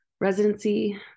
residency